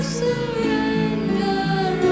surrender